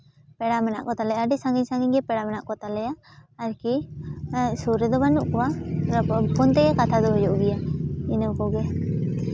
ᱯᱮᱲᱟ ᱢᱮᱱᱟᱜ ᱠᱚᱛᱟ ᱞᱮᱭᱟ ᱟᱹᱰᱤ ᱥᱟᱺᱜᱤᱧ ᱥᱟᱺᱜᱤᱧ ᱜᱮ ᱯᱮᱲᱟ ᱢᱮᱱᱟᱜ ᱠᱚᱛᱟ ᱞᱮᱭᱟ ᱟᱨᱠᱤ ᱥᱩᱨ ᱨᱮᱫᱚ ᱵᱟᱹᱱᱩᱜ ᱠᱚᱣᱟ ᱯᱷᱳᱱ ᱛᱮᱜᱮ ᱠᱟᱛᱷᱟ ᱫᱚ ᱦᱩᱭᱩᱜ ᱜᱮᱭᱟ ᱤᱱᱟᱹ ᱠᱚᱜᱮ